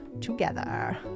together